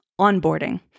onboarding